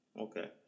Okay